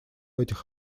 этих